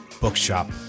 bookshop